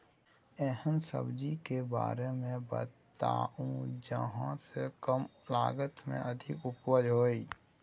एहन सब्जी के बारे मे बताऊ जाहि सॅ कम लागत मे अधिक उपज होय?